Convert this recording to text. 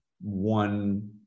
one